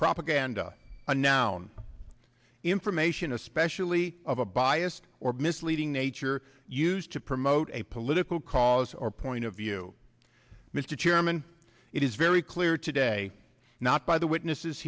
propaganda a noun information especially of a biased or misleading nature used to promote a political cause or point of view mr chairman it is very clear today not by the witnesses